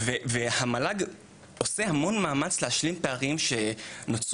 המועצה להשכלה גבוהה עושה המון מאמץ להשלים פערים שנוצרו